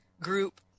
group